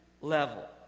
level